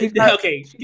okay